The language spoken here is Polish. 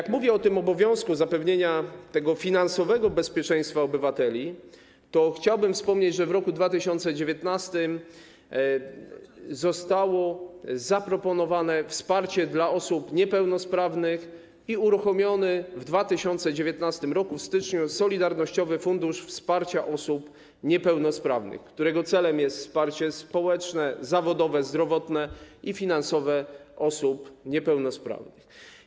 Gdy mówię o obowiązku zapewnienia finansowego bezpieczeństwa obywatelom, to chciałbym wspomnieć, że w roku 2019 zostało zaproponowane wsparcie dla osób niepełnosprawnych - w styczniu 2019 r. uruchomiono Solidarnościowy Fundusz Wsparcia Osób Niepełnosprawnych, którego celem jest wsparcie społeczne, zawodowe, zdrowotne i finansowe osób niepełnosprawnych.